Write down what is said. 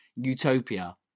utopia